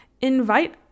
Invite